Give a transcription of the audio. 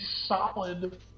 solid